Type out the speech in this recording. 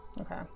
Okay